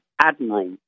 admiral